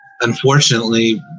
Unfortunately